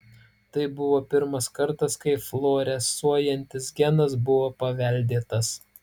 tai buvo pirmas kartas kai fluorescuojantis genas buvo paveldėtas